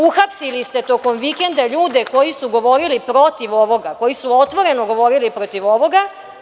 Uhapsili ste tokom vikenda ljude koji su govorili protiv ovoga, koji su otvoreno govorili protiv ovoga.